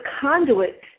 conduit